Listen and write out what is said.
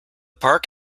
park